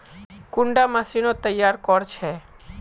कुंडा मशीनोत तैयार कोर छै?